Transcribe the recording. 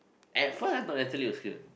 at first